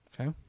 Okay